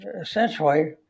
essentially